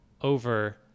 over